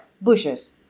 bushes